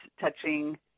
touching